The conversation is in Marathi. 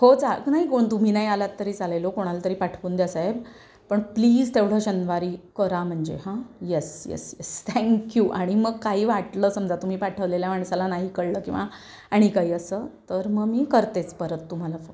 हो चालतं नाही कोण तुम्ही नाही आलात तरी चालेल हो कोणाला तरी पाठवून द्या साहेब पण प्लीज तेवढं शनिवारी करा म्हणजे हां येस येस येस थँक्यू आणि मग काही वाटलं समजा तुम्ही पाठवलेल्या माणसाला नाही कळलं किंवा आणि काही असं तर मग मी करतेच परत तुम्हाला फोन